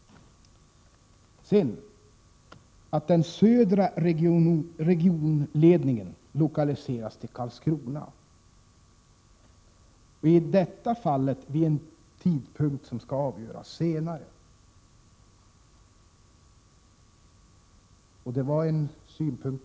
Vidare föreslås att den södra regionledningen lokaliseras till Karlskrona, vid en tidpunkt som skall avgöras senare.